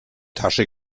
tasche